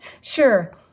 Sure